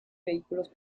vehículos